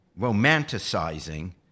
romanticizing